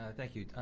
ah thank you.